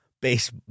base